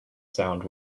sound